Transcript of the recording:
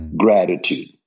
Gratitude